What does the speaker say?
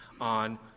on